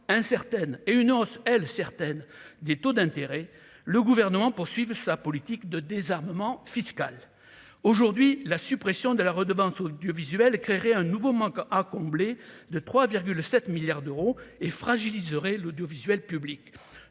incertaines et une hausse elle certaines des taux d'intérêt, le gouvernement poursuive sa politique de désarmement fiscal aujourd'hui la suppression de la redevance audiovisuelle créerait un nouveau manque à combler de 3,7 milliards d'euros et fragiliserait l'audiovisuel public